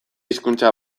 hizkuntza